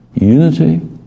Unity